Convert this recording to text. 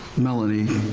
melanie,